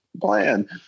plan